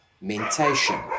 mentation